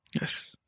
yes